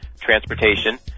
transportation